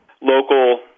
local